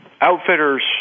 outfitters